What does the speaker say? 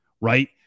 right